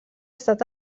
estat